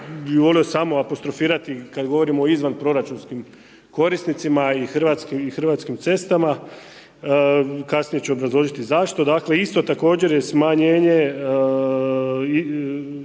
volio samo apostrofirati kada govorim o izvanproračunskim korisnicima i hrvatskim cestama, kasnije ću obrazložiti zašto, dakle, isto također je smanjenje